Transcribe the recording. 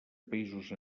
països